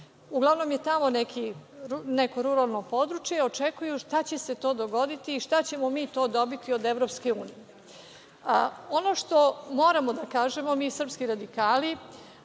uglavnom je tamo neko ruralno područje, očekuju šta će se to dogoditi i šta ćemo mi to dobiti od Evropske unije. Ono što moramo da kažemo, mi srpski radikali,